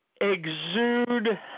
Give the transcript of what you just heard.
exude